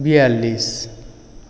বিয়াল্লিছ